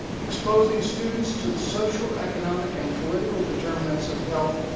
exposing students to the social, economic, and political determinants of health,